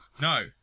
No